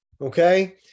okay